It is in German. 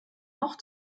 noch